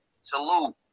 Salute